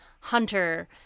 hunter